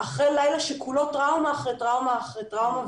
אחרי לילה שכולו טראומה אחרי טראומה אחרי טראומה.